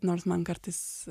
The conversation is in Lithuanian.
nors man kartais